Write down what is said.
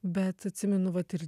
bet atsimenu vat ir